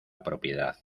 propiedad